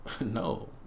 No